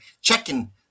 checking